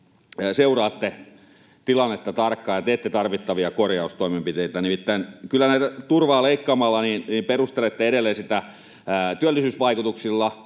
seuraatte tilannetta tarkkaan ja teette tarvittavia korjaustoimenpiteitä. Nimittäin turvan leikkaamista perustelette edelleen työllisyysvaikutuksilla